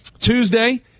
Tuesday